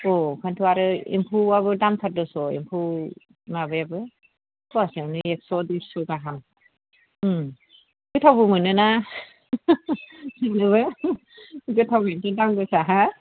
अह बेखायनोथ' आरो एम्फौआबो दामथार दस' एम्फौ माबायाबो फवासेआवनो एक्स' दुइस' गाहाम ओम गोथावबो मोनो ना गोथावखायसो दाम गोसा